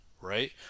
right